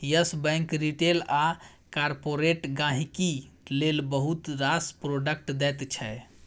yes Bank retail आ corporate गांहिकी लेल बहुत रास प्रोडक्ट दैत छै